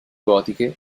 gotiche